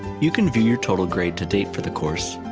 you can view your total grade to date for the course,